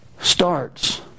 starts